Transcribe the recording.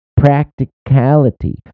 practicality